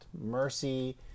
mercy